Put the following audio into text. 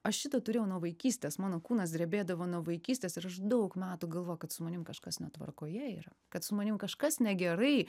aš šitą turėjau nuo vaikystės mano kūnas drebėdavo nuo vaikystės ir aš daug metų galvojau kad su manim kažkas netvarkoje yra kad su manim kažkas negerai